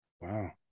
Wow